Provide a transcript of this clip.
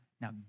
Now